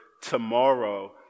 tomorrow